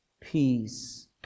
peace